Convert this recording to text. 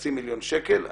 חצי מיליון שקל.